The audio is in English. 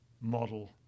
model